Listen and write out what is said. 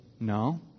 No